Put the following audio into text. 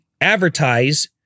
advertise